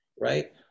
right